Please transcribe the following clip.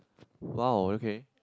!wow! okay